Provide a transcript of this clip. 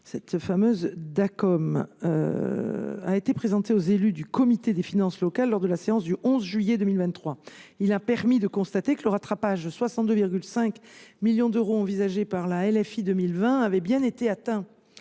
de la Dacom a été présenté aux élus du Comité des finances publiques lors de la séance du 11 juillet 2023. Il a permis de constater que le rattrapage de 62,5 millions d’euros envisagé par la loi de finances initiale